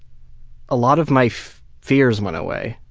a lot of my fears went away.